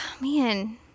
Man